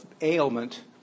ailment